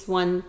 one